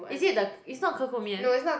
is it the is not 可口面:Ke-Kou-Mian